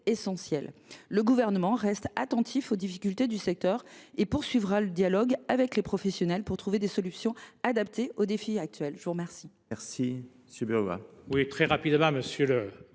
Le Gouvernement reste attentif aux difficultés du secteur et poursuivra le dialogue avec les professionnels pour trouver des solutions adaptées aux défis actuels. La parole